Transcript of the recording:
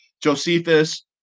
Josephus